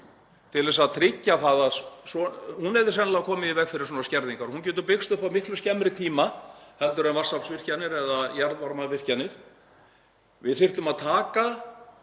í vindorku. Hún hefði sennilega komið í veg fyrir svona skerðingar og hún getur byggst upp á miklu skemmri tíma heldur en vatnsaflsvirkjanir eða jarðvarmavirkjanir. Við þyrftum að